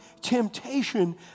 temptation